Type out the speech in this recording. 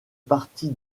partie